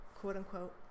quote-unquote